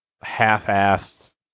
half-assed